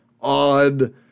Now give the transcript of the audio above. odd